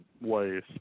ways